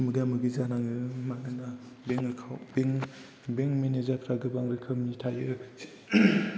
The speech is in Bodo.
मोगा मोगि जानाङो मानोना बेंक मेनेजार फोरा गोबां रोखोमनि थायो